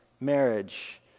Marriage